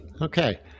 Okay